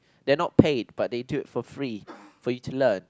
they're not paid but they do it for free for you to learn